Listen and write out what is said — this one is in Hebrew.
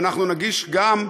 ואנחנו נגיש גם,